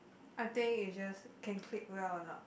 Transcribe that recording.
I think it just can click well or not